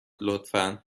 لطفا